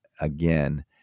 again